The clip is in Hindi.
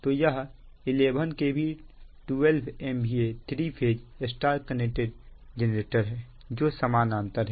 तो यह 11 kV 12 MVA three phase Y connected generator है जो समानांतर है